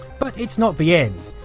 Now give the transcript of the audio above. but its not the end.